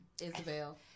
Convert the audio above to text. Isabel